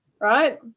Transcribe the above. right